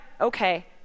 okay